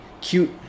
cute